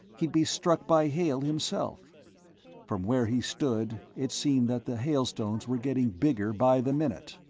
he'd be struck by hail himself from where he stood, it seemed that the hailstones were getting bigger by the minute.